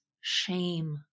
shame